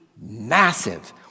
massive